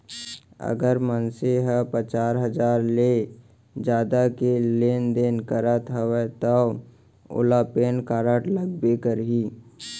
अगर मनसे ह पचार हजार ले जादा के लेन देन करत हवय तव ओला पेन कारड लगबे करही